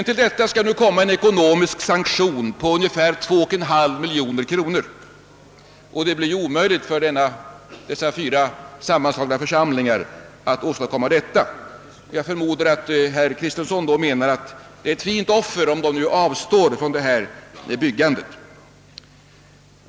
Till detta skall nu komma en ekonomisk sanktion på ungefär 2,5 miljoner kronor, vilket det blir omöjligt för de fyra sammanslagna församlingarna att betala. Jag förmodar att herr Kristenson menar att det är ett fint offer om församlingarna avstår från detta byggande.